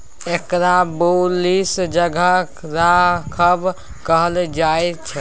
एकरा बुलिश जगह राखब कहल जायछे